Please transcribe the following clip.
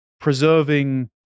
preserving